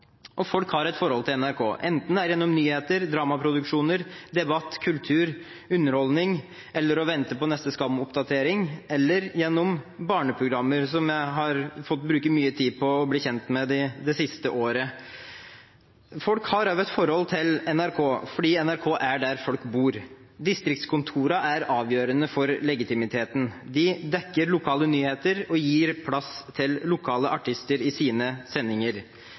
Og folk har et forhold til NRK, enten det er gjennom nyheter, dramaproduksjoner, debatt, kultur eller underholdning, gjennom å vente på neste Skam-oppdatering eller gjennom barneprogrammer, som jeg har fått bruke mye tid på å bli kjent med det siste året. Folk har også et forhold til NRK fordi NRK er der folk bor. Distriktskontorene er avgjørende for legitimiteten. De dekker lokale nyheter og gir plass til lokale artister i sine sendinger.